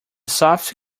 soft